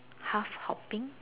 half hopping